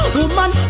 Woman